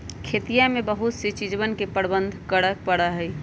खेतिया में बहुत सी चीजवन के प्रबंधन करे पड़ा हई